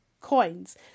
coins